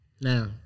Now